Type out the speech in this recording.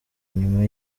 nyuma